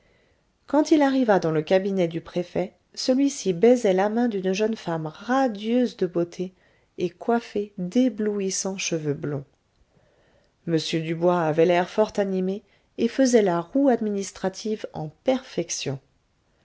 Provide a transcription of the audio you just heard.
quand il arriva dans le cabinet du préfet celui-ci baisait la main d'une jeune femme radieuse de beauté et coiffée d'éblouissants cheveux blonds m dubois avait l'air fort animé et faisait la roue administrative en perfection